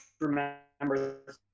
remember